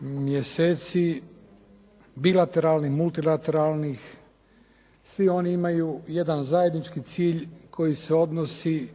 mjeseci, bilateralnim, multilateralnih svi oni imaju jedan zajednički cilj koji se odnosi